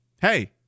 hey